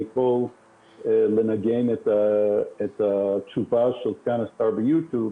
אני יכול לתת את התשובה של סגן השר מהיו-טיוב,